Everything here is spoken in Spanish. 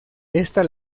esta